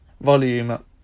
volume